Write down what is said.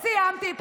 סיימתי.